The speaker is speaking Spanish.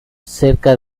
cerca